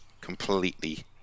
completely